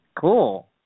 Cool